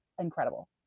incredible